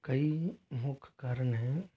कई मुख्य कारण हैं